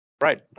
Right